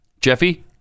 Jeffy